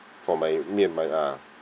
for my me and my uh